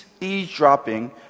eavesdropping